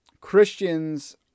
Christians